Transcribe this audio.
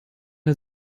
der